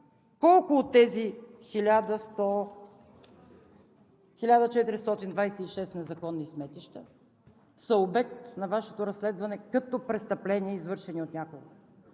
Колко от тези 1426 незаконни сметища са обект на Вашето разследване като престъпления, извършени от някого?